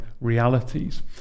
realities